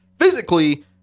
physically